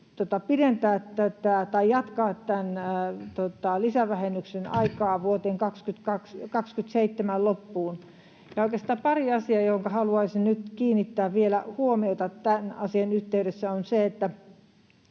on jatkaa tämän lisävähennyksen aikaa vuoden 27 loppuun. On oikeastaan pari asiaa, joihinka haluaisin nyt kiinnittää vielä huomiota tämän asian yhteydessä: Ensinnäkin